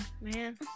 Man